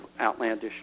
outlandish